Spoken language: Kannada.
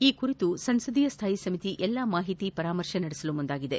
ಈ ಕುರಿತಂತೆ ಸಂಸದೀಯ ಸ್ಥಾಯಿ ಸಮಿತಿ ಎಲ್ಲಾ ಮಾಹಿತಿಯನ್ನು ಪರಾಮರ್ಶೆ ನಡೆಸಲು ಮುಂದಾಗಿದೆ